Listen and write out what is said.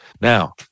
now